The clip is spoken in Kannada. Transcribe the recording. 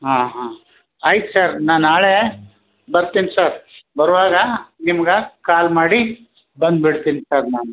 ಹಾಂ ಹಾಂ ಆಯ್ತು ಸರ್ ನಾ ನಾಳೇ ಬರ್ತಿನಿ ಸರ್ ಬರುವಾಗ ನಿಮ್ಗೆ ಕಾಲ್ ಮಾಡಿ ಬಂದ್ಬಿಡ್ತೀನಿ ಸರ್ ನಾನು